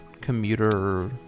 commuter